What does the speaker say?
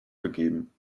gegeben